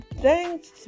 thanks